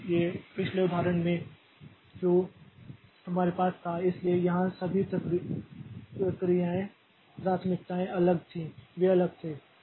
इसलिए पिछले उदाहरण में जो हमारे पास था इसलिए यहां सभी प्राथमिकताएं अलग थीं वे अलग थे